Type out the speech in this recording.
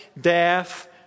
death